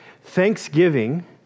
Thanksgiving